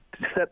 set